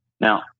Now